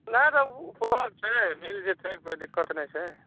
नहि तऽ ओ फुलहर छै मिलि जएतै कोइ दिक्कत नहि छै